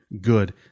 Good